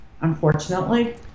unfortunately